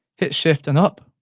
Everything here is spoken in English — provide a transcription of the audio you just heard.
hit shift and up,